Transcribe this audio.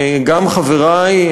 גם חברי,